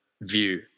view